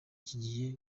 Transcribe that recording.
kigiye